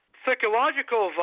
psychological